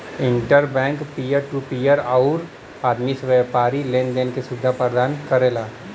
inter bank peer to peer आउर आदमी से व्यापारी लेन देन क सुविधा प्रदान करला